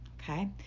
Okay